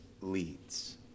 leads